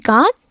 God